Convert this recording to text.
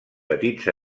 petits